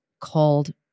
called